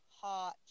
hot